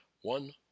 one